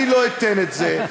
אני לא אתן את זה.